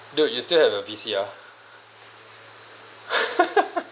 dude you still have a V_C_R